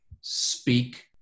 speak